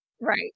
Right